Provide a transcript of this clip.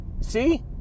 see